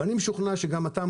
אני משוכנע שגם אתה,